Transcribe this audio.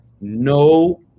no